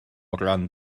ran